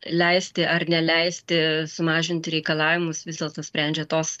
leisti ar neleisti sumažinti reikalavimus vis dėlto sprendžia tos